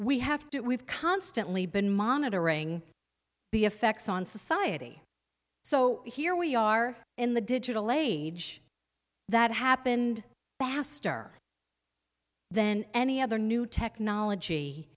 we have to we've constantly been monitoring the effects on society so here we are in the digital age that happened faster than any other new technology